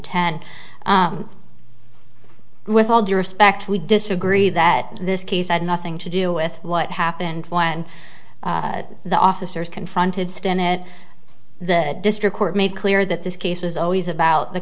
ten with all due respect we disagree that this case had nothing to do with what happened when the officers confronted stinnett the district court made clear that this case was always about the